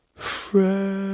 friend